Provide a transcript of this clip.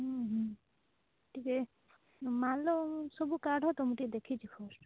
ହୁଁ ହୁଁ ଟିକିଏ ମାଲ ସବୁ କାଢ଼ ତ ମୁଁ ଟିକିଏ ଦେଖି ଦିଏ ଫାର୍ଷ୍ଟ